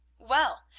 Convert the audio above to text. well,